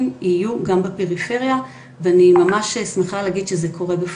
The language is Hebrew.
יהיו גם בפריפריה ואני ממש שמחה להגיד שזה קורה בפועל.